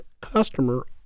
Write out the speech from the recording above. customer